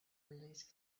release